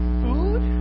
food